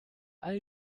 all